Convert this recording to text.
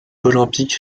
olympique